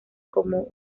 como